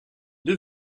deux